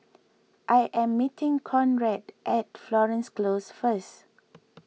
I am meeting Conrad at Florence Close first